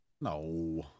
No